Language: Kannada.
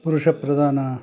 ಪುರುಷ ಪ್ರಧಾನ